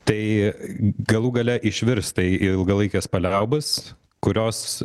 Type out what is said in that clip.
tai galų gale išvirs tai į ilgalaikes paliaubas kurios